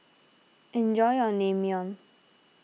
enjoy your Naengmyeon